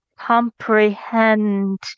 comprehend